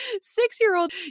six-year-old